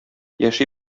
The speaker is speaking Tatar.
яши